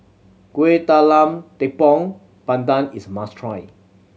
Kueh Talam Tepong Pandan is must try